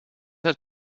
hat